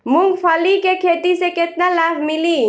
मूँगफली के खेती से केतना लाभ मिली?